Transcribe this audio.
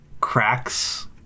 cracks